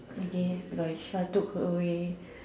okay because Char took her away